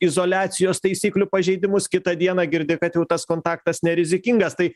izoliacijos taisyklių pažeidimus kitą dieną girdi kad jau tas kontaktas nerizikingas tai